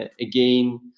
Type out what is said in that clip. again